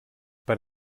per